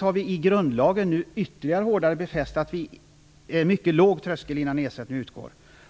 Vi har nu i grundlagen ytterligare hårt befäst att det skall vara en mycket låg tröskel för att ersättning skall